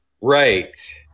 Right